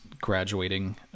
graduating